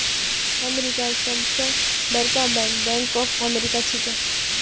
अमेरिकार सबस बरका बैंक बैंक ऑफ अमेरिका छिके